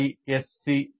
iisctagmail